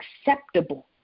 acceptable